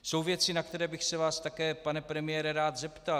Jsou věci, na které bych se vás také, pane premiére, rád zeptal.